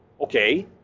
Okay